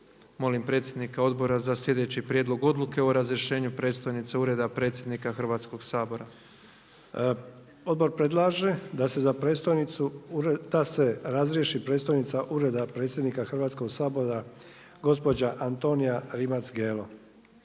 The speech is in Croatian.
Molim predsjednika odbora za slijedeći prijedlog odluke o razrješenju predstojnice Ureda predsjednika Hrvatskog sabora. **Sanader, Ante (HDZ)** Odbor predlaže da se razriješi predstojnica Ureda predsjednika Hrvatskog sabora gospođa Antonija Rimac Gelo.